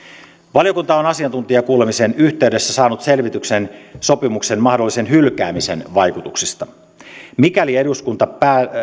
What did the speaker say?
valiokunta on asiantuntijakuulemisen yhteydessä saanut selvityksen sopimuksen mahdollisen hylkäämisen vaikutuksista mikäli eduskunta